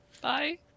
Bye